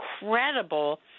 incredible